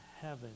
heaven